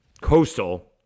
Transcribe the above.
Coastal